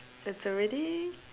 there's already